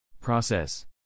Process